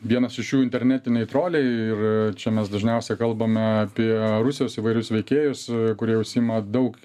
vienas iš jų internetiniai troliai ir čia mes dažniausiai kalbame apie rusijos įvairius veikėjus kurie užsiima daug